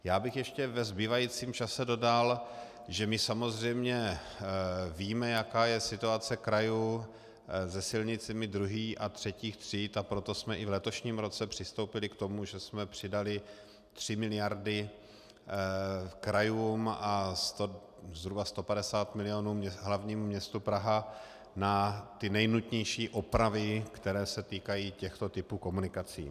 Já bych ještě ve zbývajícím čase dodal, že samozřejmě víme, jaká je situace krajů se silnicemi druhých a třetích tříd, a proto jsme i v letošním roce přistoupili k tomu, že jsme přidali tři miliardy krajům a zhruba 150 milionů hlavnímu městu Praha na ty nejnutnější opravy, které se týkají těchto typů komunikací.